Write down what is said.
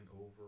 over